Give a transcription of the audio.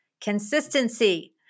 consistency